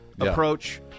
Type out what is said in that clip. approach